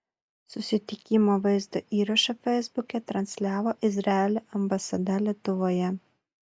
susitikimo vaizdo įrašą feisbuke transliavo izraelio ambasada lietuvoje